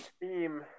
theme